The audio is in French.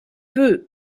peu